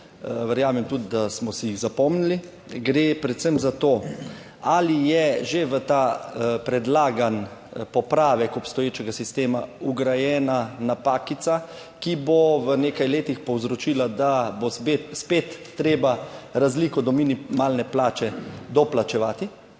Verjamem tudi, da smo si jih zapomnili, gre predvsem za to ali je že v ta predlagan popravek obstoječega sistema vgrajena napakica, ki bo v nekaj letih povzročila, da bo spet treba razliko do minimalne plače doplačevati.